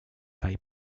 kai